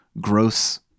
gross